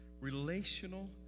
Relational